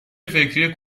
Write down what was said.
فکری